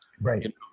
Right